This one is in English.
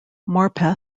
morpeth